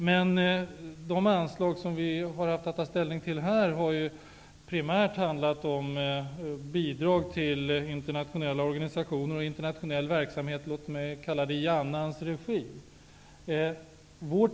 Men de anslag som vi här har haft att ta ställning till har primärt handlat om bidrag till internationella organisationer och internationell verksamhet -- låt mig kalla det i annans regi.